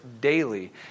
daily